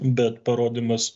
bet parodymas